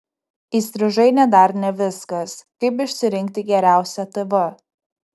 įstrižainė dar ne viskas kaip išsirinkti geriausią tv